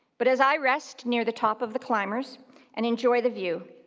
but as i rest near the top of the climbers and enjoy the view,